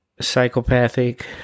psychopathic